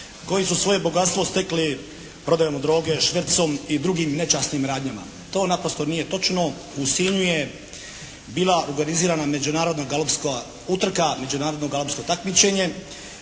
koji su svoje bogatstvo stekli prodajom droge, švercom i drugim nečasnim radnjama. To naprosto nije točno. U Sinju je bila organizirana međunarodna alpska utrka, međunarodno alpsko takmičenje,